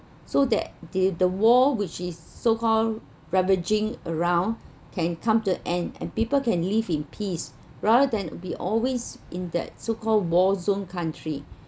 so that the the war which is so called ravaging around can come to end and people can live in peace rather than be always in that so called war zone country